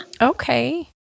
Okay